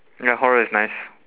ya horror is nice